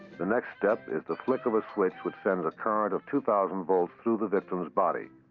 the next step is the flick of a switch which sends a current of two thousand volts through the victim's body.